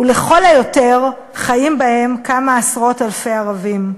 ולכל היותר חיים בהם כמה עשרות-אלפי ערבים.